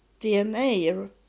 DNA